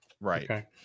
right